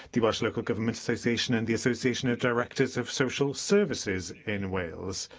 the welsh local government association and the association of directors of social services in wales,